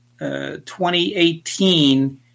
2018